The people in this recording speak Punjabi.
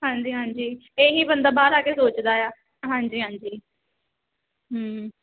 ਹਾਂਜੀ ਹਾਂਜੀ ਇਹ ਹੀ ਬੰਦਾ ਬਾਹਰ ਆ ਕੇ ਸੋਚਦਾ ਆ ਹਾਂਜੀ ਹਾਂਜੀ